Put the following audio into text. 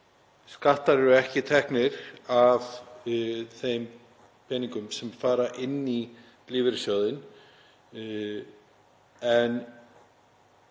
skattar eru ekki teknir af þeim peningum sem fara inn í lífeyrissjóðinn, en